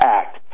act